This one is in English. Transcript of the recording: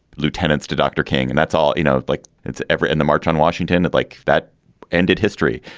lieutenants to dr. king. and that's all. you know, like it's ever in the march on washington and like that ended history.